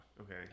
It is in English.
Okay